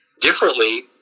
differently